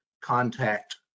Contact